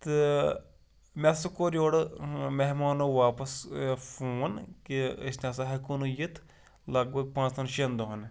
تہٕ مےٚ ہَسا کوٚر یورٕ مہمانو واپَس فون کہِ أسۍ نہ سا ہٮ۪کو نہٕ یِتھ لگ بگ پانٛژَن شٮ۪ن دۄہَن